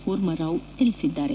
ಕೂರ್ಮಾರಾವ್ ತಿಳಿಸಿದ್ದಾರೆ